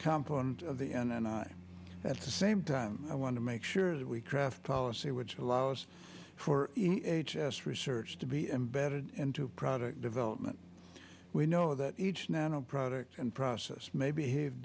complement of the and i at the same time i want to make sure that we craft policy which allows for h s research to be embedded into product development we know that each nano product and process may be